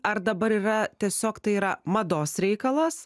ar dabar yra tiesiog tai yra mados reikalas